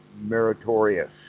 meritorious